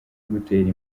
gutera